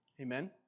Amen